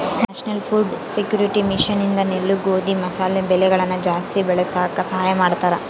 national food security mission ಇಂದ ನೆಲ್ಲು ಗೋಧಿ ಮಸಾಲೆ ಬೆಳೆಗಳನ ಜಾಸ್ತಿ ಬೆಳಸಾಕ ಸಹಾಯ ಮಾಡ್ತಾರ